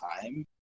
time